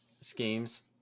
schemes